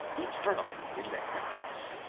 eternal in the heavens.